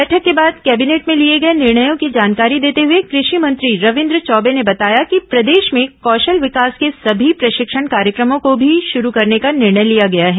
बैठक के बाद ॅकैबिनेट में लिए गए निर्णयों की जानकारी देते हुए कृषि मंत्री रविन्द्र चौबे ने बताया कि प्रदेश में कौशल विकास के सभी प्रशिक्षण कार्यक्रमों को भी शुरू करने का निर्णय लिया गया है